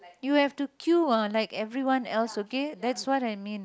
you have to queue ah like everyone else okay that's what I mean